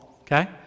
okay